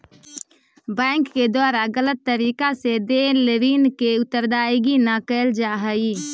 bank के द्वारा गलत तरीका से देल ऋण के अदायगी न कैल जा हइ